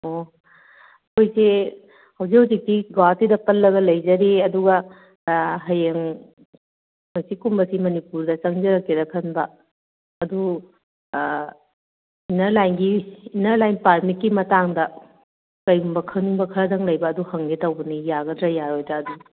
ꯑꯣ ꯑꯩꯈꯣꯏꯁꯦ ꯍꯧꯖꯤꯛ ꯍꯧꯖꯤꯛꯇꯤ ꯒꯧꯍꯥꯇꯤꯗ ꯄꯜꯂꯒ ꯂꯩꯖꯔꯤ ꯑꯗꯨꯒ ꯍꯌꯦꯡ ꯍꯪꯆꯤꯠꯀꯨꯝꯕꯁꯤ ꯃꯅꯤꯄꯨꯔꯗ ꯆꯪꯖꯔꯛꯀꯦꯅ ꯈꯟꯕ ꯑꯗꯨ ꯏꯟꯅꯔ ꯂꯥꯏꯟꯒꯤ ꯏꯟꯅꯔ ꯂꯥꯏꯟ ꯄꯥꯔꯃꯤꯠꯀꯤ ꯃꯇꯥꯡꯗ ꯀꯔꯤꯒꯨꯝꯕ ꯈꯪꯅꯤꯡꯕ ꯈꯔꯗꯪ ꯂꯩꯕ ꯑꯗꯨ ꯍꯪꯒꯦ ꯇꯧꯕꯅꯤ ꯌꯥꯒꯗ꯭ꯔꯥ ꯌꯥꯔꯣꯏꯗ꯭ꯔꯗꯨ